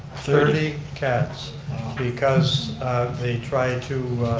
thirty cats because they try and to